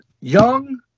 Young